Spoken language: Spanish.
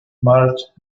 march